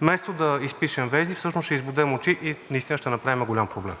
вместо да изпишем вежди, всъщност ще избодем очи и наистина ще направим голям проблем.